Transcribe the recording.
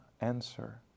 answer